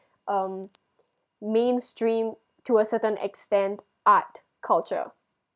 um mainstream to a certain extent art culture